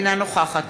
אינה נוכחת